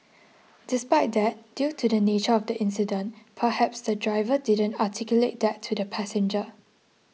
despite that due to the nature of the incident perhaps the driver didn't articulate that to the passenger